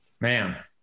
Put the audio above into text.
Man